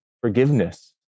forgiveness